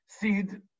Seed